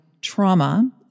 trauma